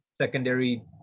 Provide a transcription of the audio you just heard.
secondary